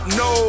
no